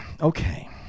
Okay